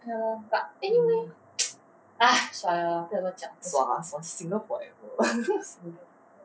ya lor uh sua lah sua single forever